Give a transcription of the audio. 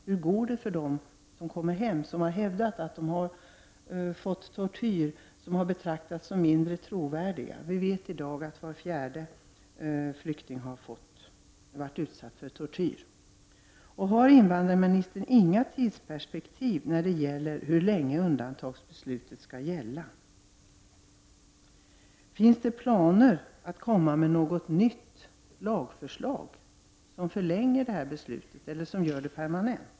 Hur går det för dem som hävdat att de har torterats men som betraktats som mindre trovärdiga och därför sänts tillbaka till sina hemländer? Vi vet att var fjärde flykting har varit utsatt för tortyr. Har invandrarministern inga tidsperspektiv när det gäller hur länge undantagsbeslutet skall gälla? Finns det planer på att komma med något nytt lagförslag som förlänger det här beslutet eller som gör det permanent?